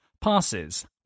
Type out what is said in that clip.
Passes